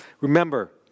Remember